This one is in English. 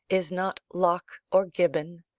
is not locke or gibbon,